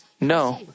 No